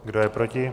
Kdo je proti?